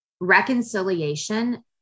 reconciliation